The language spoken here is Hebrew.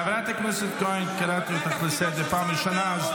חברת הכנסת כהן, אני קורא אותך לסדר פעם ראשונה.